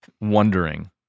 wondering